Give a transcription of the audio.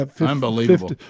Unbelievable